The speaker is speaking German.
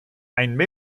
ein